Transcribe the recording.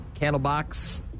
Candlebox